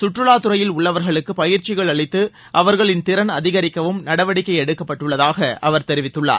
கற்றுவாத்துறையில் உள்ளவர்களுக்கு பயிற்சிகள் அளித்து அவர்களின் திறன் அதிகரிக்கவும் நடவடிக்கை எடுக்கப்பட்டுள்ளதாக அவர் தெரிவித்துள்ளார்